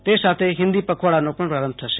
તે સાથે હિન્દી પખવાડાનો પણ પ્રારંભ થશે